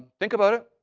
think about it.